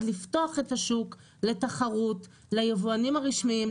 לפתוח את השוק לתחרות ליבואנים הרשמיים,